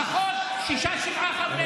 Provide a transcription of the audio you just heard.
לפחות שישה-שבעה חברי כנסת.